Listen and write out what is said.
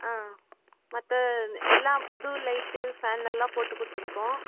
ஆ மற்ற எல்லாம் புது லைட்டு ஃபேன் எல்லாம் போட்டு கொடுத்துருக்கோம்